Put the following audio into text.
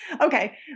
Okay